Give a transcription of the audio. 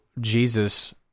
Jesus